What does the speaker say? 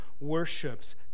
worships